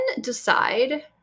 decide